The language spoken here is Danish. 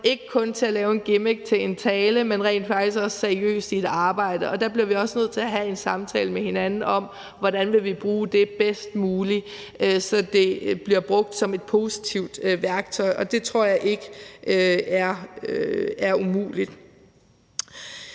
ikke kun til at lave en gimmick til en tale, men rent faktisk også seriøst i et arbejde. Der bliver vi også nødt til at have en samtale med hinanden om, hvordan vi vil bruge det bedst muligt, så det bliver brugt som et positivt værktøj. Og det tror jeg ikke er umuligt.